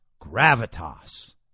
gravitas